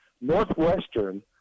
Northwestern